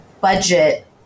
budget